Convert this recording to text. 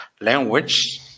language